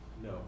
No